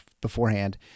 beforehand